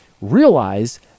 realize